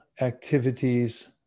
activities